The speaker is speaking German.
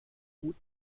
hut